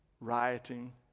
rioting